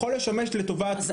יכול לשמש לטובת האירוע הזה.